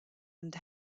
and